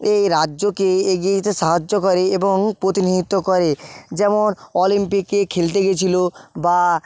এই রাজ্যেকে এগিয়ে যেতে সাহায্য করে এবং প্রতিনিধিত্ব করে যেমন অলিম্পিকে খেলতে গেছিলো বা